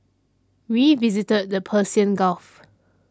we visited the Persian Gulf